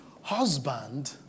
Husband